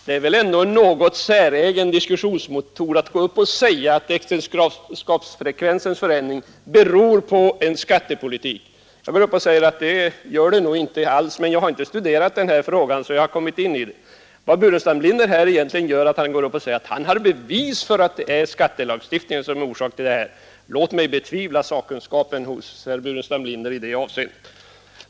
Det är väl ändå en något säregen diskussionsmetod att gå upp och säga att att säga att det gör den nog inte alls, men jag har inte studerat denna fråga så att jag kunnat sätta mig in i detta. Herr Burenstam Linder går här upp och säger att han har bevis för att det är skattelagstiftningen som är orsaken. Låt mig betvivla sakkunskapen hos herr Burenstam Linder i det avseendet.